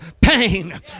pain